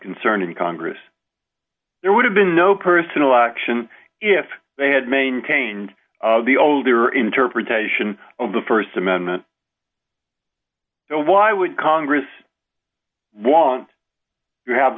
concern in congress there would have been no personal action if they had maintained the older interpretation of the st amendment so why would congress want to have